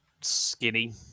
skinny